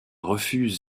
refuse